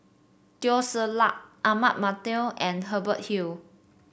Teo Ser Luck Ahmad Mattar and Hubert Hill